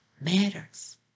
matters